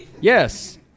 Yes